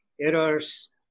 errors